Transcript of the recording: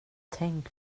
tänk